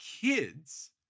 kids